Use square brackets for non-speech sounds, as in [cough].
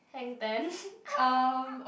Hang-Ten [laughs]